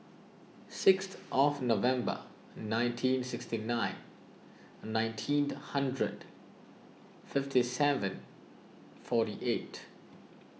sixth of November nineteen sixty nine nineteen hundred fifty seven forty eight